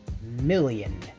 million